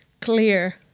clear